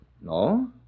No